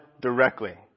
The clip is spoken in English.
directly